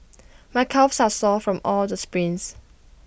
my calves are sore from all the sprints